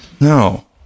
No